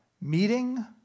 Meeting